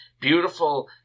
beautiful